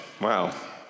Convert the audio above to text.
wow